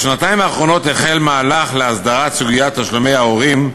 בשנתיים האחרונות החל מהלך להסדרת סוגיית תשלומי ההורים.